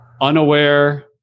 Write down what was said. unaware